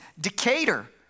Decatur